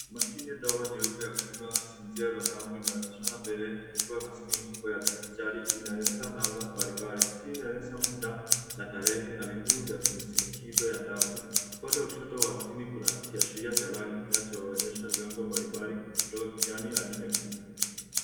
Mashine ndogo nyeupe ya kupima sinzio la damu inaonyeshana mbele likiwa na skrini kubwa ya dijitali inaonyesha namba mbalimbali. Skrini inaonyesha muda na tarehe na vipimo vya shinikizo ya damu. Upande wa kushoto wa skrini kuna kiashiria cha rangi kinachoonyesha vyombo mbalimbali kutoka kijani hadi nyekundu.